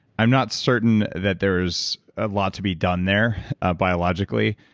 i'm not certain that there is a lot to be done there biologically.